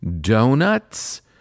Donuts